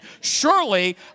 Surely